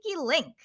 link